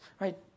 right